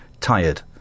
Tired